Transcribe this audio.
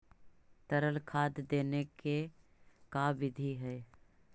तरल खाद देने के का बिधि है?